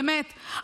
באמת,